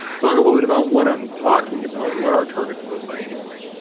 talk a little bit about what i'm talking about, what are targeted loci anyway,